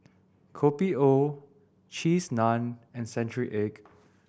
Kopi O Cheese Naan and century egg